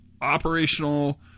operational